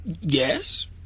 Yes